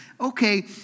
Okay